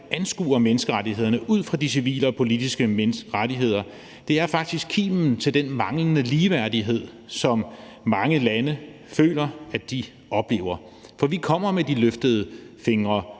anskuer menneskerettighederne ud fra de civile og politiske rettigheder, er faktisk kimen til den manglende ligeværdighed, som mange lande føler at de oplever. For vi kommer med de løftede fingre